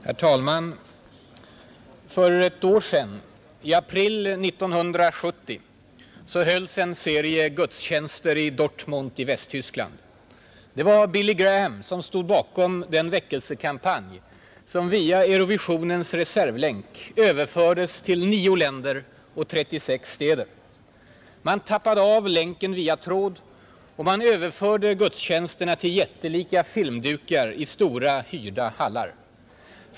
Herr talman! För ett år sedan, i april 1970, hölls en serie gudstjänster i Dortmund i Västtyskland. Det var Billy Graham som stod bakom den väckelsekampanj som via Eurovisionens reservlänk överfördes till nio länder och 36 städer. Man ”tappade av” länken via tråd och överförde gudstjänsterna till jättelika filmdukar i stora, hyrda hallar.